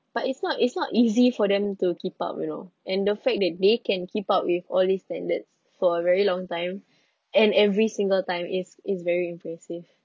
but it's not it's not easy for them to keep up you know and the fact that they can keep up with all these standards for a very long time and every single time is is very impressive